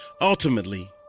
Ultimately